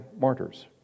martyrs